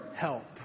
help